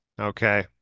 Okay